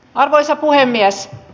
arvoisa puhemies